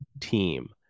team